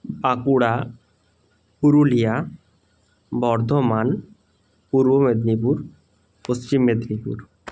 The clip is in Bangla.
বাঁকুড়া পুরুলিয়া বর্ধমান পূর্ব মেদিনীপুর পশ্চিম মেদিনীপুর